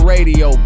Radio